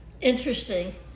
interesting